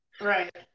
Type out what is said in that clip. Right